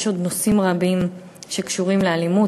יש עוד נושאים רבים שקשורים לאלימות.